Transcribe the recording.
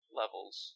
levels